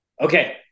okay